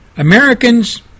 Americans